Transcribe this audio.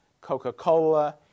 Coca-Cola